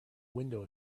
window